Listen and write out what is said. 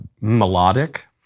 Melodic